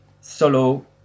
solo